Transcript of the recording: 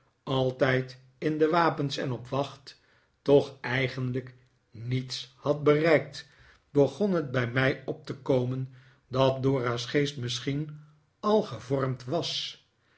altijd in de wapens en op wacht toch eigenlijk niets had bereikt begon het bij mij op te komen dat dora's geest misschien al gevormd was